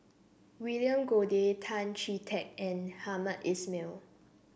William Goode Tan Chee Teck and Hamed Ismail